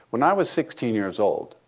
when i was sixteen years old,